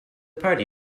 party